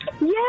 Yes